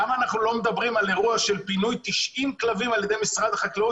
למה אנחנו לא מדברים על אירוע של פינוי של 90 כלבים על-ידי משרד החקלאות